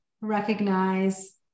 recognize